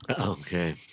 okay